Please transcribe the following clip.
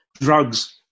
drugs